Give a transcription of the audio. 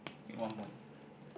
one point